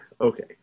okay